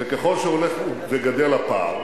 וכלל שהולך וגדל הפער,